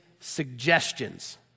suggestions